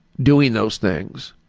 doing those things,